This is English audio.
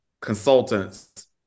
consultants